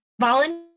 volunteer